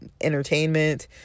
entertainment